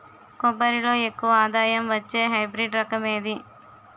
కొబ్బరి లో ఎక్కువ ఆదాయం వచ్చే హైబ్రిడ్ రకం ఏది?